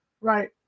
Right